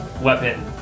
Weapon